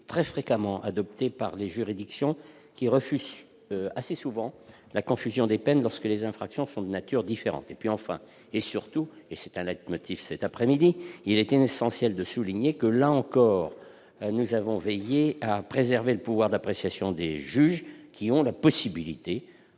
très fréquemment adoptée par les juridictions, lesquelles refusent souvent la confusion des peines lorsque les infractions sont de nature différente. De plus, et c'est un leitmotiv cette après-midi, il est essentiel de souligner que, là encore, nous avons veillé à préserver le pouvoir d'appréciation des juges, qui auront la possibilité